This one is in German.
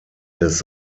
des